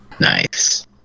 Nice